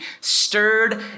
stirred